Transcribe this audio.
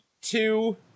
two